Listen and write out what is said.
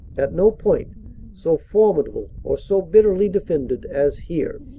at no point so formidable or so bitterly defended as here.